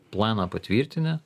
planą patvirtinę